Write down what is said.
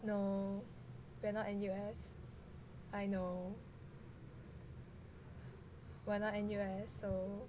no we're not N_U_S I know we're not N_U_S so